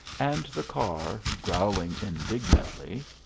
and the car, growling indignantly,